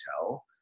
tell